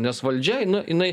nes valdžia nu inai